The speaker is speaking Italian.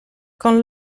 con